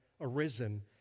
arisen